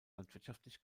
landwirtschaftlich